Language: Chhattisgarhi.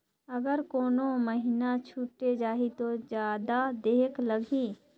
अगर कोनो महीना छुटे जाही तो जादा देहेक लगही?